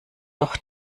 doch